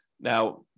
Now